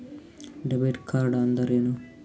Debit ಕಾರ್ಡ್ಅಂದರೇನು?